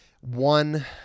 one